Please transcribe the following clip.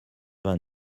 vingt